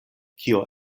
kio